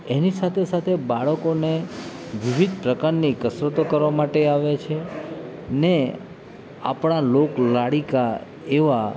એની સાથે સાથે બાળકોને વિવિધ પ્રકારની કસરતો કરવા માટે આવે છે ને આપણાં લોકલાડીલા એવા